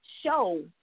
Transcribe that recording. show